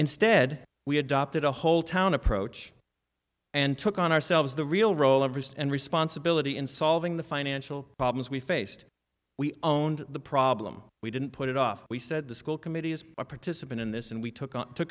instead we adopted a whole town approach and took on ourselves the real role of risk and responsibility in solving the financial problems we faced we own the problem we didn't put it off we said the school committee is a participant in this and we took on took